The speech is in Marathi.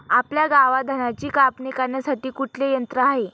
आपल्या गावात धन्याची कापणी करण्यासाठी कुठले यंत्र आहे?